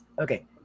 Okay